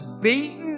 beaten